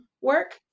work